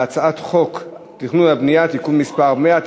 הצעת חוק התכנון והבנייה (תיקון מס' 100),